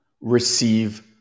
receive